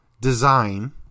design